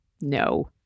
No